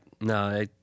No